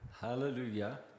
Hallelujah